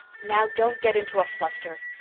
now, don't get into a fluster.